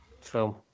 film